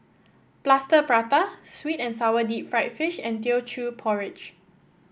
Plaster Prata sweet and sour Deep Fried Fish and Teochew Porridge